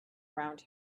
around